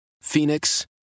Phoenix